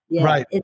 Right